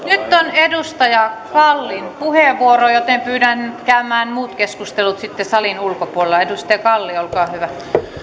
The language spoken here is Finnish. nyt on edustaja kallin puheenvuoro joten pyydän käymään muut keskustelut salin ulkopuolella edustaja kalli olkaa hyvä